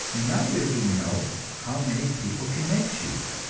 neither do we know how many people can make shoes,